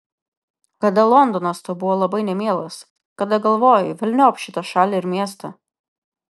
kada londonas tau buvo labai nemielas kada galvojai velniop šitą šalį ir miestą